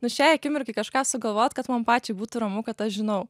nu šiai akimirkai kažką sugalvot kad man pačiai būtų ramu kad aš žinau